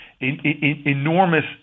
enormous